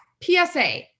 PSA